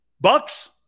Bucks